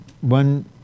one